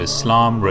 Islam